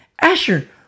Asher